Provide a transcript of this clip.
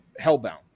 Hellbound